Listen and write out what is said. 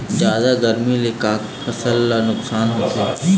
जादा गरमी ले का का फसल ला नुकसान होथे?